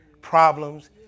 problems